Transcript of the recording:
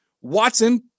Watson